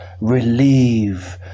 relieve